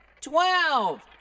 twelve